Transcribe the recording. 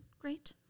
great